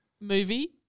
movie